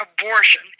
abortion